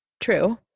true